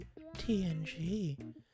TNG